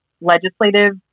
legislative